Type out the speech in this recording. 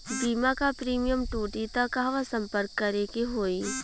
बीमा क प्रीमियम टूटी त कहवा सम्पर्क करें के होई?